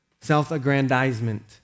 self-aggrandizement